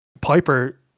Piper